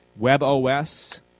WebOS